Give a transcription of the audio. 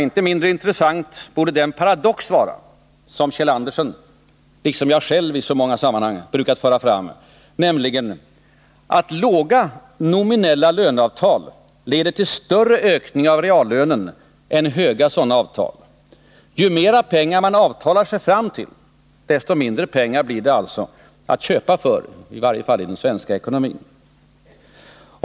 Inte mindre intressant borde den paradox vara som Kjeld Andersen — liksom jag själv i så många sammanhang -— brukat föra fram, nämligen att låga nominella löneavtal leder till en större ökning av reallönen än höga sådana avtal. Ju mera pengar man avtalar sig fram till, desto mindre pengar blir det alltså att köpa för — i varje fall i den svenska ekonomin.